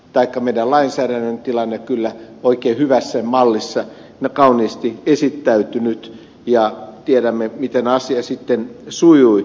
vaikka meidän lainsäädännöllinen tilanne kyllä oikein hyvässä mallissa kauniisti esittäytynyt ja tiedämme miten asia sitten sujui